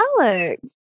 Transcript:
Alex